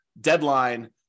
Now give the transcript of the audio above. deadline